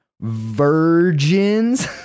virgins